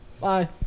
Bye